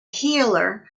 healer